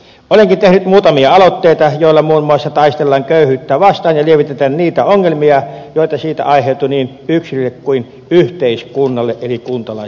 olenkin tehnyt muutamia aloitteita joilla muun muassa taistellaan köyhyyttä vastaan ja lievitetään niitä ongelmia joita siitä aiheutuu niin yksilölle kuin yhteiskunnalle eli kuntalaisillekin